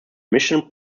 mission